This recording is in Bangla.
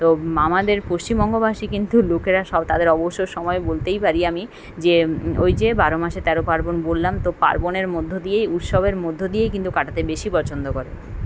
তো আমাদের পশ্চিমবঙ্গবাসী কিন্তু লোকেরা সব তাদের অবসর সময়ে বলতেই পারি আমি যে ওই যে বারো মাসে তেরো পার্বণ বললাম তো পার্বণের মধ্য দিয়েই উৎসবের মধ্য দিয়ে কিন্তু কাটাতে বেশি পছন্দ করে